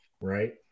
right